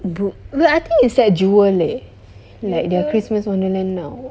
book but I think is at jewel eh like their christmas wonderland now